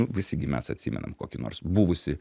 visi gi mes atsimenam kokį nors buvusį